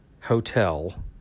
hotel